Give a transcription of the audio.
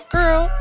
Girl